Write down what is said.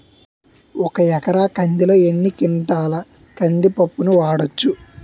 ఒక ఎకర కందిలో ఎన్ని క్వింటాల కంది పప్పును వాడచ్చు?